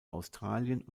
australien